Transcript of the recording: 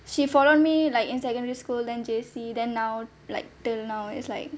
she follow me like in secondary school then J_C then now like till now it's like